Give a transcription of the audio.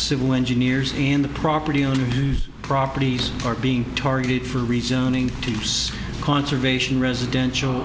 civil engineers and the property owners properties are being targeted for rezoning to use conservation residential